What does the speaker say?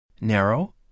Narrow